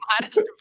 Modest